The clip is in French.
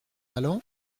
allant